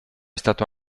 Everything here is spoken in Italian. stato